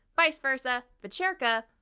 viceversa, vecherka,